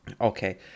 Okay